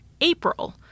April